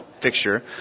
fixture